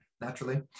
naturally